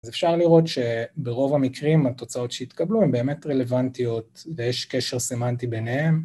אז אפשר לראות שברוב המקרים התוצאות שהתקבלו הן באמת רלוונטיות ויש קשר סמנטי ביניהן.